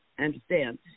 understand